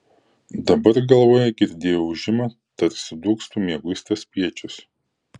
dabar galvoje girdėjo ūžimą tarsi dūgztų mieguistas spiečius